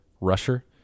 rusher